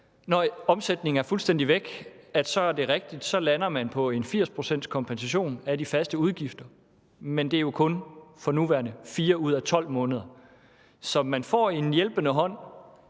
når omsætningen er fuldstændig væk, så lander på en 80 pct.s kompensation for de faste udgifter, men det er jo kun for nuværende 4 ud af 12 måneder. Så man får en hjælpende hånd